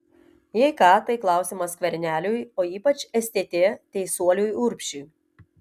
jei ką tai klausimas skverneliui ir ypač stt teisuoliui urbšiui